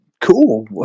cool